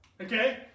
Okay